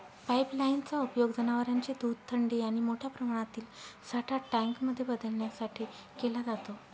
pipeline चा उपयोग जनवरांचे दूध थंडी आणि मोठ्या प्रमाणातील साठा टँक मध्ये बदलण्यासाठी केला जातो